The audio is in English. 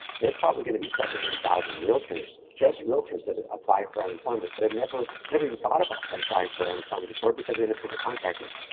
there's probably gonna be seven hundred thousand realtors, just realtors, that apply for unemployment that had never never even thought about but applying for unemployment before, because independent contractors.